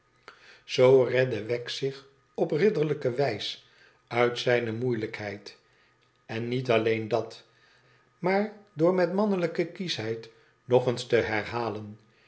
zoo redde wegg zich op ridderlijke wijs uit zijne moeilijkheid en niet alleen dat maar door met mannelijke kieschheid nog eens te herhalen